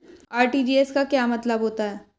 RTGS का क्या मतलब होता है?